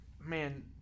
man